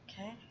Okay